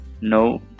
no